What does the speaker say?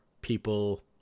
people